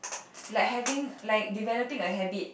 like having like developing a habit